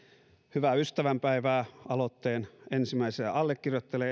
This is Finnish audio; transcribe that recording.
hyvää ystävänpäivää aloitteen ensimmäiselle allekirjoittajalle